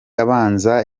abanza